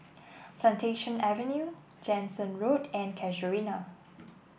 Plantation Avenue Jansen Road and Casuarina